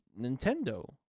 Nintendo